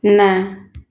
ନା